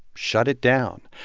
shut it down.